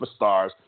superstars